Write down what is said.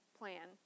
plan